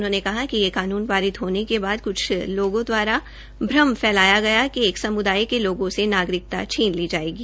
उन्होंने कहा कि ये कानून पारित होने के बाद क्छ लोगों दवारा भ्रम फैलाया गया कि क्छ सम्दाय के लोगों से नागरिकता छीन ली जायेगी